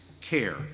care